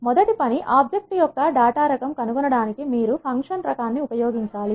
మొదటి పని ఆబ్జెక్ట్ యొక్క డేటా రకం కనుగొనడానికి మీరు ఫంక్షన్ రకాన్ని ఉపయోగించాలి